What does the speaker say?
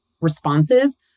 responses